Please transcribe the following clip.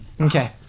Okay